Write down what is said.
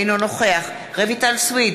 אינו נוכח רויטל סויד,